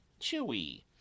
Chewy